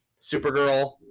Supergirl